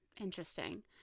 Interesting